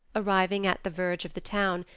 arriving at the verge of the town,